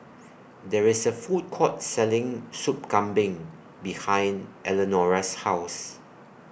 There IS A Food Court Selling Sup Kambing behind Eleonora's House